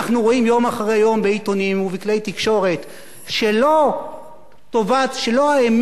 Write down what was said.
ובכלי תקשורת שלא האמת היא נר לרגלי העיתון,